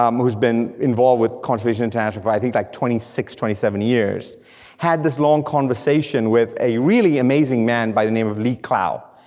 um who's been involved with conservation international for i think like, twenty six, twenty seven years had this long conversation with a really amazing man by the name of lee clow.